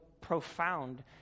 profound